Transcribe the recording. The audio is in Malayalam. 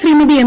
ശ്രീമതി എം